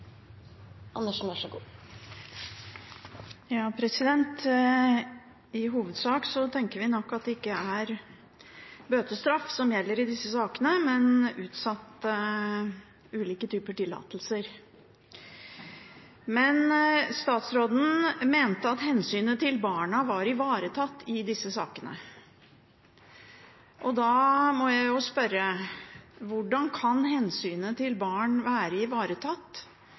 bøtestraff som gjelder i disse sakene, men heller utsettelse av ulike typer tillatelse. Statsråden mente at hensynet til barna var ivaretatt i disse sakene. Da må jeg spørre: Hvordan kan hensynet til barna være ivaretatt